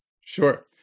Sure